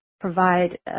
provide